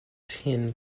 ten